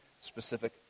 specific